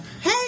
Hey